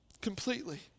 Completely